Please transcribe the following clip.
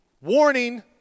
Warning